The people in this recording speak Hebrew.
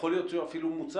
יכול להיות שהוא אפילו מוצג,